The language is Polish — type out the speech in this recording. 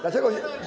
Dlaczego?